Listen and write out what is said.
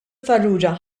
farrugia